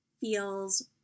feels